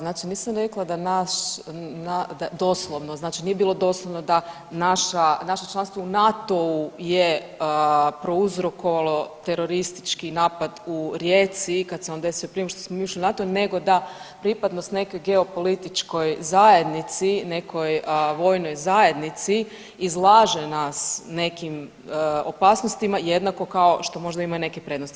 Znači nisam rekla da naš, doslovno znači nije bilo doslovno da naše članstvo u NATO-u je prouzrokovalo teroristički napad u Rijeci kad se on desio prije nego što smo mi ušli u NATO nego da pripadnost nekoj geopolitičkoj zajednici, nekoj vojnoj zajednici izlaže nas nekim opasnostima jednako kao što možda ima i neke prednosti.